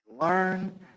learn